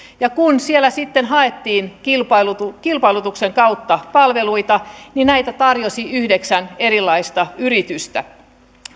ja kun siellä sitten haettiin kilpailutuksen kilpailutuksen kautta palveluita niin näitä tarjosi yhdeksän erilaista yritystä